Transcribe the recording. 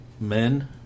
men